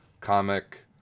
comic